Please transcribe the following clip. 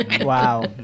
Wow